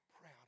proud